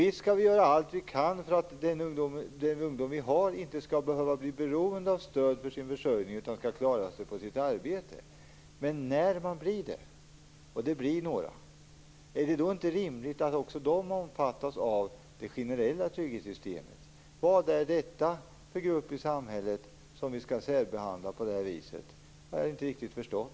Visst skall vi göra allt vi kan för att ungdomarna inte skall behöva bli beroende av stöd för sin försörjning utan skall klara sig genom sitt arbete. Men när de blir beroende av stöd, och det blir några, är det då inte rimligt att också de omfattas av det generella trygghetssystemet? Vad detta är för grupp i samhället som vi skall särbehandla på det här viset har jag inte riktigt förstått.